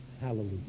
Hallelujah